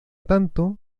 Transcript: tanto